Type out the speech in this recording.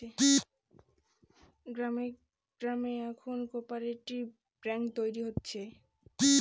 গ্রামে গ্রামে এখন কোঅপ্যারেটিভ ব্যাঙ্ক তৈরী হচ্ছে